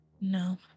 No